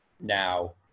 now